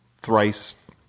Thrice